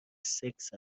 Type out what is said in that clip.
سکس